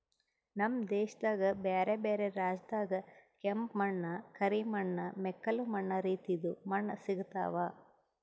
ನಮ್ ದೇಶದಾಗ್ ಬ್ಯಾರೆ ಬ್ಯಾರೆ ರಾಜ್ಯದಾಗ್ ಕೆಂಪ ಮಣ್ಣ, ಕರಿ ಮಣ್ಣ, ಮೆಕ್ಕಲು ಮಣ್ಣ ರೀತಿದು ಮಣ್ಣ ಸಿಗತಾವ್